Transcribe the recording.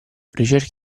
ricerche